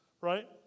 right